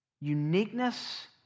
uniqueness